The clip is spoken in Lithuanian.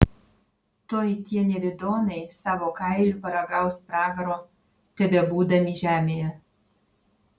tuoj tie nevidonai savo kailiu paragaus pragaro tebebūdami žemėje